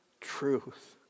truth